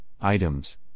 items